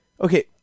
okay